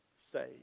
saved